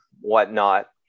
whatnot